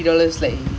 ah